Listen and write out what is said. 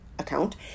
account